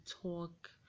talk